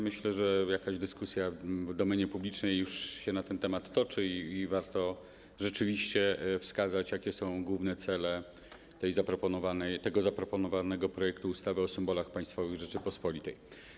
Myślę, że jakaś dyskusja w domenie publicznej już się na ten temat toczy i warto rzeczywiście wskazać, jakie są główne cele tego zaproponowanego projektu ustawy o symbolach państwowych Rzeczypospolitej.